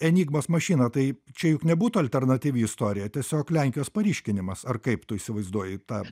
enigmos mašiną tai čia juk nebūtų alternatyvi istorija tiesiog lenkijos paryškinimas ar kaip tu įsivaizduoji tą